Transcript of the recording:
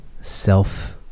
self